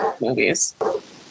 movies